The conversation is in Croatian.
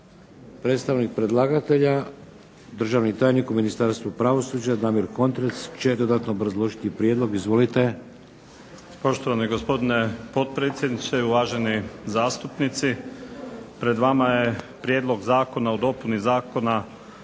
Predstavnik predlagatelja državni tajnik u Ministarstvu pravosuđa Damir Kontrec će dodatno obrazložiti prijedlog. Izvolite. **Kontrec, Damir** Poštovani gospodine potpredsjedniče, uvaženi zastupnici. Pred vama je Prijedlog Zakona o dopunama Zakona